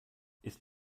ist